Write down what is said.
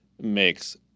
makes